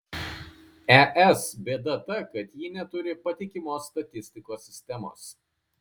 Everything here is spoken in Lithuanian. es bėda ta kad ji neturi patikimos statistikos sistemos